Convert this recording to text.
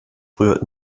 früher